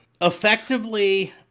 effectively